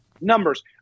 numbers